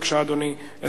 בבקשה, אדוני.